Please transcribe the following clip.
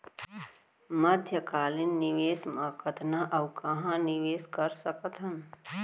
मध्यकालीन निवेश म कतना अऊ कहाँ निवेश कर सकत हन?